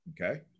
okay